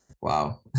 Wow